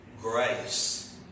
grace